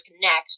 connect